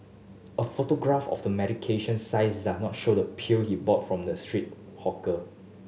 a photograph of the medication does not show the pill he bought from the street hawker